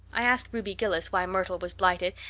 i asked ruby gillis why myrtle was blighted,